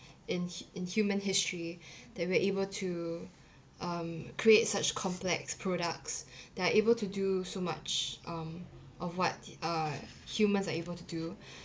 in h~ in human history that we're able um to create such complex products that are able to do so much um of what uh humans are able to do